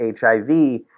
HIV